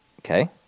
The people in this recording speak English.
Okay